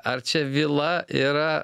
ar čia vila yra